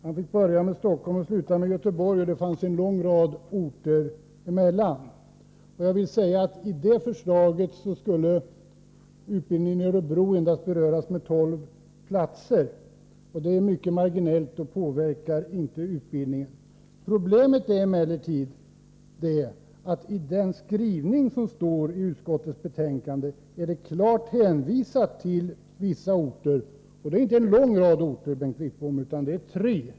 Han fick börja med Stockholm och sluta med Göteborg, och det fanns en lång rad ortnamn däremellan. Enligt vårt förslag skulle utbildningen i Örebro endast minskas med 12 platser. Det är mycket marginellt och påverkar inte utbildningen. Problemet är emellertid att utskottet i sin skrivning i betänkandet klart hänvisar till vissa orter. Det är inte en lång rad orter, Bengt Wittbom, utan tre.